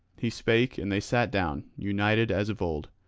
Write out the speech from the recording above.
he spake, and they sat down, united as of old.